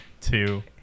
two